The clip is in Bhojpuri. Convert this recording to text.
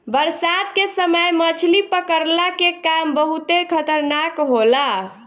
बरसात के समय मछली पकड़ला के काम बहुते खतरनाक होला